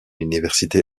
université